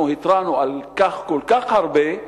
אנחנו התרענו על כך כל כך הרבה,